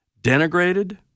denigrated